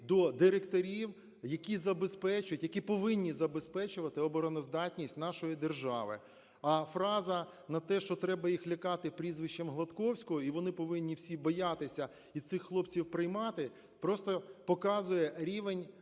забезпечують, які повинні забезпечувати обороноздатність нашої держави. А фраза на те, що треба їх лякати прізвищем Гладковського і вони повинні всі боятися і цих хлопців приймати, просто показує рівень